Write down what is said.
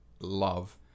love